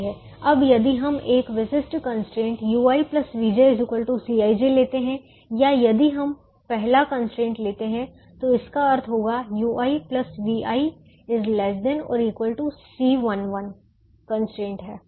अब यदि हम एक विशिष्ट कंस्ट्रेंट ui vj Cij लेते हैं या यदि हम पहला कंस्ट्रेंट लेते हैं तो इसका अर्थ होगा u1 v1 ≤ C11 कंस्ट्रेंट है